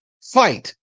fight